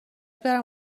برم